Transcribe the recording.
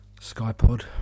skypod